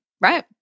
right